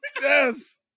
yes